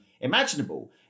imaginable